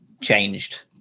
changed